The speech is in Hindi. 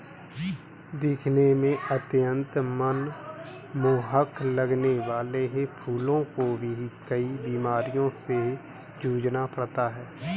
दिखने में अत्यंत मनमोहक लगने वाले फूलों को भी कई बीमारियों से जूझना पड़ता है